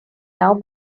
now